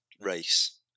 race